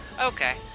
Okay